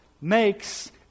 makes